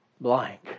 blank